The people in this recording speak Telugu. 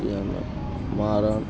మారా